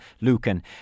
Lucan